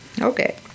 Okay